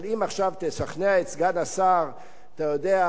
אבל אם עכשיו תשכנע את סגן השר, אתה יודע,